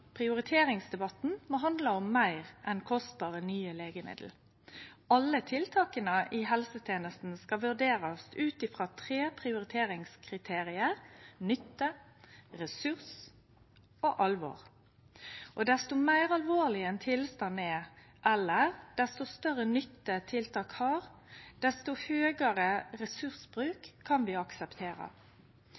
prioriteringsdebatten må handle om meir enn kostbare nye legemiddel. Alle tiltaka i helsetenesta skal vurderast ut frå tre prioriteringskriterier: nytte, ressurs og alvor. Desto meir alvorleg ein tilstand er, eller desto større nytte eit tiltak har, desto høgare ressursbruk kan vi